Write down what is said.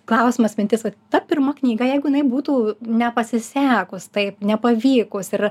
klausimas mintis vat ta pirma knyga jeigu jinai būtų nepasisekus taip nepavykus ir